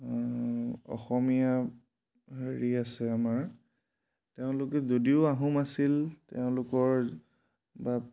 অসমীয়া হেৰি আছে আমাৰ তেওঁলোকে যদিও আহোম আছিল তেওঁলোকৰ বা